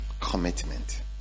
commitment